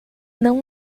não